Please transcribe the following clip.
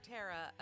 Tara